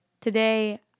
today